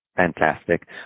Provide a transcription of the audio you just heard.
Fantastic